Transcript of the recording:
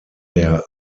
der